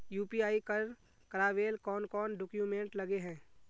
UPI कर करावेल कौन कौन डॉक्यूमेंट लगे है?